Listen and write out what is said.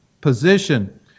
position